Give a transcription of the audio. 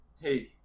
hey